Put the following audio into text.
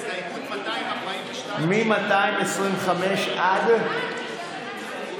הסתייגות 242, מ-225 עד?